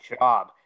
job